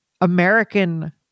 American